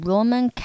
Roman